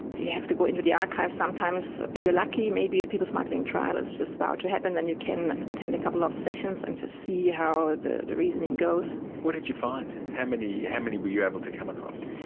you have to go into the archives sometimes, if you are lucky maybe a people smuggling trial is just about to happen and you can attend a couple of sessions and just see how ah the the reasoning goes. what did you find? how many were but you able to come across?